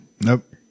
Nope